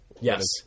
Yes